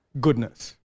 goodness